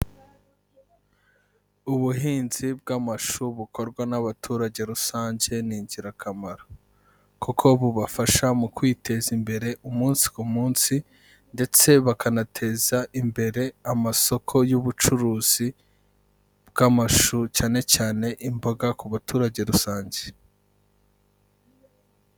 Ubuhinzi bw'amashu bukorwa n'abaturage rusange ni ingirakamaro kuko bubafasha mu kwiteza imbere umunsi ku munsi ndetse bakanateza imbere amasoko y'ubucuruzi bw'amashu, cyane cyane imboga ku baturage rusange.